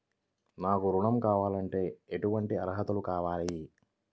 నాకు ఋణం కావాలంటే ఏటువంటి అర్హతలు కావాలి?